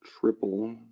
triple